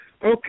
Okay